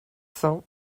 cents